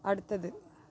அடுத்தது